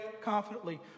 confidently